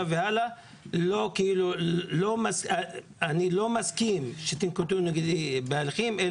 והלאה אני לא מסכים שתנקטו נגדי בהליכים,